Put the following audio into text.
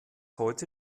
heute